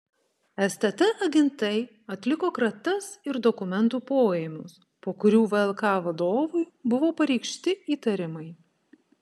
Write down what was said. stt agentai atliko kratas ir dokumentų poėmius po kurių vlk vadovui buvo pareikšti įtarimai